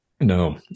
No